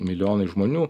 milijonai žmonių